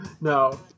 No